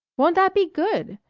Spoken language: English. won't that be good!